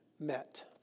met